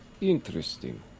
Interesting